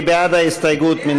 מי בעד ההסתייגות?